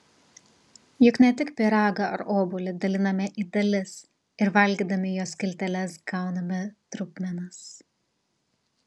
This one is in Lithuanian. juk ne tik pyragą ar obuolį daliname į dalis ir valgydami jo skilteles gauname trupmenas